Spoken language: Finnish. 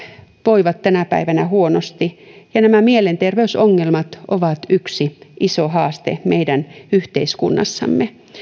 voivat tänä päivänä huonosti ja mielenterveysongelmat ovat yksi iso haaste meidän yhteiskunnassamme